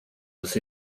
was